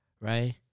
right